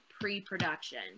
pre-production